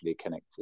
connected